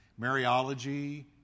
Mariology